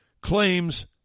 claims